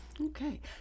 Okay